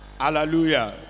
Hallelujah